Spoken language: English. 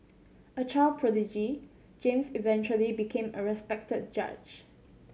a child prodigy James eventually became a respected judge